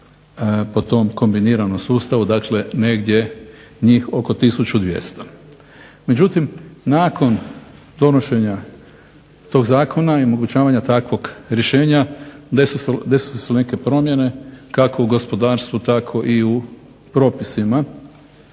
po tom kombiniranom sustavu, dakle negdje njih oko 1200. Međutim, nakon donošenja tog zakona i omogućavanja takvog rješenja desile su se neke promjene, kako u gospodarstvu tako i u propisu.